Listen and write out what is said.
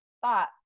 thought